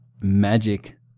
magic